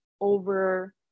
over